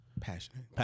passionate